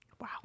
Wow